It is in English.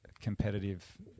competitive